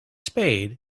spade